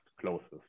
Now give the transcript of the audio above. closest